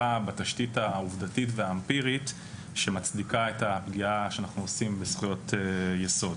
בתשתית העובדתית והאמפירית שמצדיקה את הפגיעה שאנחנו עושים בזכויות יסוד.